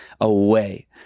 away